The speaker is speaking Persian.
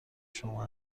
شما